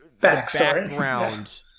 background